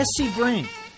SCBrain